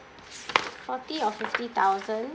forty or fifty thousand